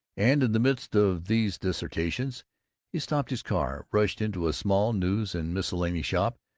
and in the midst of these dissertations he stopped his car, rushed into a small news-and-miscellany shop,